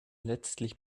letztlich